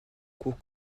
cour